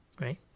right